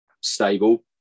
stable